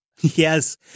Yes